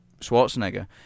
Schwarzenegger